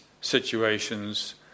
situations